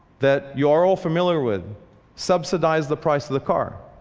that you are all familiar with subsidize the price of the car,